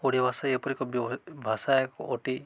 ଓଡ଼ିଆ ଭାଷା ଏପରିିକି ଭାଷା ଏକ ଅଟେ